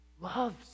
loves